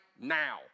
now